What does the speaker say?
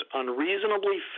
unreasonably